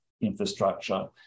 infrastructure